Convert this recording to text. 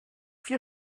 vier